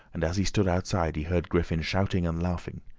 and as he stood outside he heard griffin shouting and laughing.